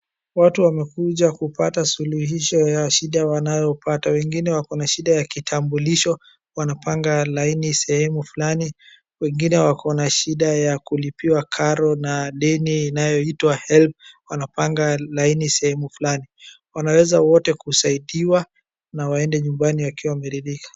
Watu wamekuja kupata suluhisho ya shida wanayopata. Wengine wako na shida ya kitambulisho, wanapanga laini sehemu fulani, wengine wako na shida ya kulipiwa karo na deni inayoitwa HELB, wanapanga laini sehemu fulani. Wanaweza wote kusaidiwa na waende nyumbani wakiwa wameridhika.